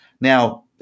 Now